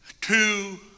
two